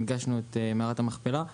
הנגשנו את מערת המכפלה,